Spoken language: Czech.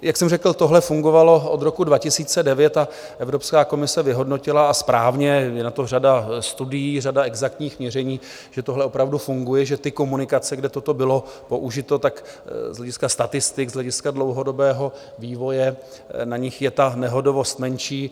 Jak jsem řekl, tohle fungovalo od roku 2009 a Evropská komise vyhodnotila, a správně je na to řada studií, řada exaktních měření že tohle opravdu funguje, že ty komunikace, kde toto bylo použito, z hlediska statistik, z hlediska dlouhodobého vývoje na nich je nehodovost menší.